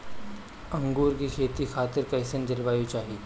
अंगूर के खेती खातिर कइसन जलवायु चाही?